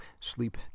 sleep